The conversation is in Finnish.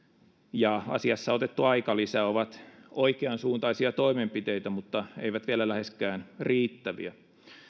ja asiassa otettu aikalisä ovat oikeansuuntaisia toimenpiteitä mutta eivät vielä läheskään riittäviä